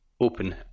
open